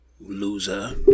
loser